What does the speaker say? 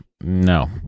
No